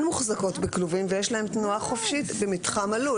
מוחזקות בכלובים ויש להן תנועה חופשית במתחם הלול.